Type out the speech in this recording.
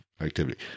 Activity